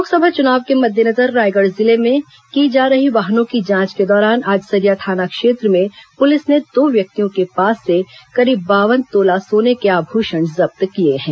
लोकसभा चुनाव के मद्देनजर रायगढ़ जिले में की जा रही वाहनों की जांच के दौरान आज सरिया थाना क्षेत्र में पुलिस ने दो व्यक्तियों के पास से करीब बावन तोला सोने के आभूषण जब्त किए हैं